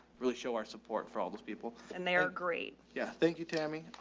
really show our support for all those people and they are great. yeah. thank you tammy. ah,